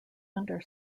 under